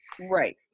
Right